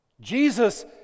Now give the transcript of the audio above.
Jesus